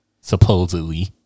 supposedly